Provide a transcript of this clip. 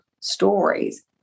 stories